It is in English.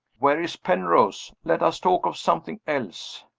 where is penrose? let us talk of something else.